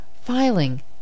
filing